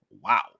wow